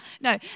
No